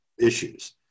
issues